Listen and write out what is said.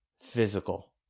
physical